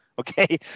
Okay